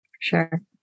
Sure